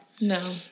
No